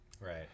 Right